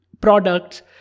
products